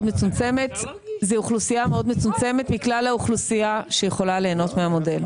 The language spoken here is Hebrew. מצומצמת מכלל האוכלוסייה שיכולה ליהנות מהמודל.